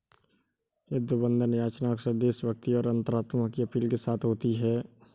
युद्ध बंधन याचना अक्सर देशभक्ति और अंतरात्मा की अपील के साथ होती है